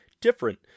different